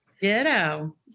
Ditto